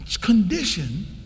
condition